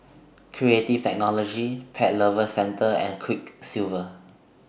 Creative Technology Pet Lovers Centre and Quiksilver